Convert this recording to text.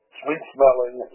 sweet-smelling